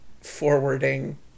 forwarding